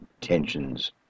tensions